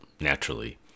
naturally